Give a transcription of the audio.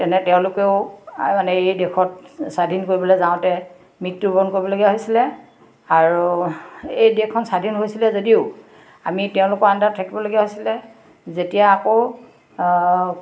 তেনে তেওঁলোকেও মানে এই দেশক স্বাধীন কৰিবলে যাওঁতে মৃত্যুবৰণ কৰিবলগীয়া হৈছিলে আৰু এই দেশখন স্বাধীন হৈছিলে যদিও আমি তেওঁলোকৰ আণ্ডাৰত থাকিবলগীয়া হৈছিলে যেতিয়া আকৌ